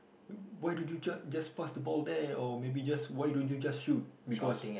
why don't you just just pass the ball there or maybe just why don't you just shoot because